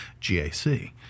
GAC